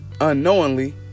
unknowingly